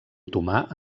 otomà